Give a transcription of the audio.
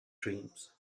dreams